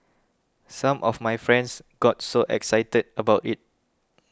some of my friends got so excited about it